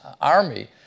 Army